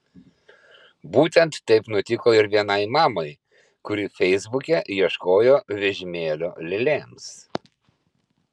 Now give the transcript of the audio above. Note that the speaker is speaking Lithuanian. būtent taip nutiko ir vienai mamai kuri feisbuke ieškojo vežimėlio lėlėms